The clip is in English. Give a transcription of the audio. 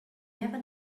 never